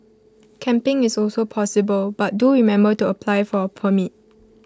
camping is also possible but do remember to apply for A permit